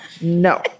no